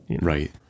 right